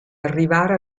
arrivare